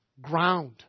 ground